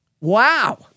Wow